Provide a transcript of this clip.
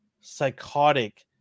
psychotic